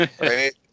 Right